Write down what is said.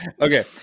Okay